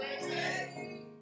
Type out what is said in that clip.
ready